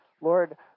Lord